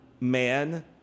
man